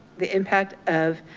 the impact of